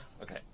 Okay